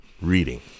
reading